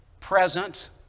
present